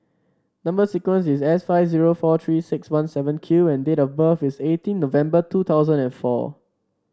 number sequence is S five zero four Three six one seven Q and date of birth is eighteen November two thousand and four